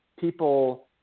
people